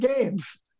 games